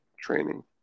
training